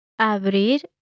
Abrir